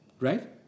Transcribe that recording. Right